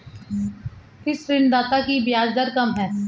किस ऋणदाता की ब्याज दर कम है?